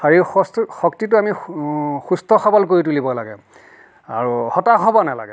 শাৰীৰিক শক্তিটো আমি সুস্থ সবল কৰি তুলিব লাগে আৰু হতাশ হ'ব নালাগে